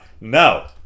no